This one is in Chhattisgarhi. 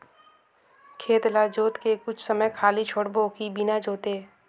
खेत ल जोत के कुछ समय खाली छोड़बो कि बिना जोते?